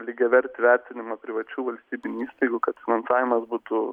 lygiavertį vertinimą privačių valstybinių įstaigų kad finansavimas būtų